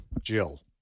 Jill